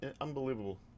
unbelievable